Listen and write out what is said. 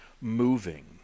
moving